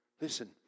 listen